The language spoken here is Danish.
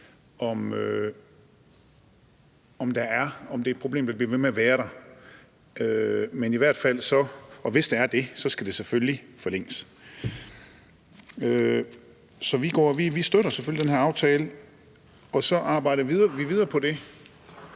om det er et problem, der bliver ved med at være der. Og hvis det er det, så skal det selvfølgelig forlænges. Så vi støtter selvfølgelig den her aftale, og så arbejder vi videre på det